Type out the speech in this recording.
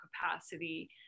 capacity